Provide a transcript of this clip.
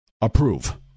approve